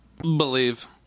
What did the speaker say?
Believe